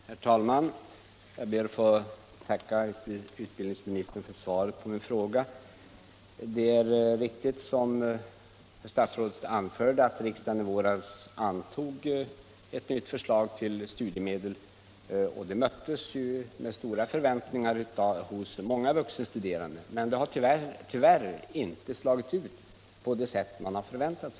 Herr talman! Jag ber att få tacka utbildningsministern för svaret på min fråga. Det är riktigt, som herr statsrådet anförde, att riksdagen i våras antog ett förslag om studiemedel, och det möttes med stora förväntningar av många vuxenstuderande. Men det har tyvärr inte slagit så ut som man hade förväntat.